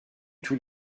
tous